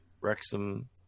Wrexham